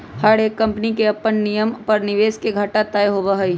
हर एक कम्पनी के अपन नियम पर निवेश के घाटा तय होबा हई